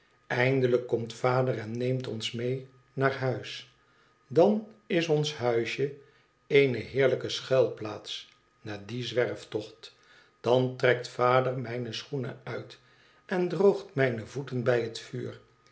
eindelijk komt vader en neemt ons mee naar huis dan is ons huisje eene heerlijke schuilplaats na dien zwerftocht dan trekt vader mijne schoenen uit en droogt mijne voeten bij het vuur